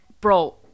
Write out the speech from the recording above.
bro